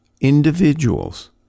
individuals